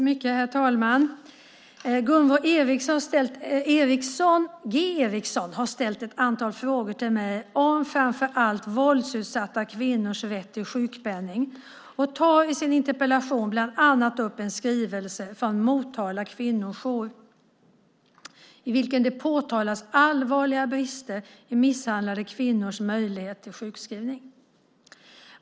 Herr talman! Gunvor G Ericson har ställt ett antal frågor till mig om framför allt våldsutsatta kvinnors rätt till sjukpenning och tar i sin interpellation bland annat upp en skrivelse från Motala kvinnojour i vilken det påtalas allvarliga brister i misshandlade kvinnors möjlighet till sjukskrivning.